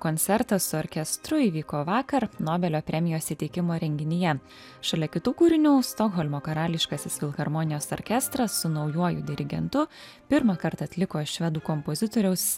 koncertas su orkestru įvyko vakar nobelio premijos įteikimo renginyje šalia kitų kūrinių stokholmo karališkasis filharmonijos orkestras su naujuoju dirigentu pirmą kartą atliko švedų kompozitoriaus